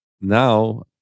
now